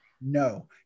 no